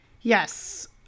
yes